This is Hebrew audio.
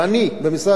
במשרד שלי,